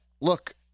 look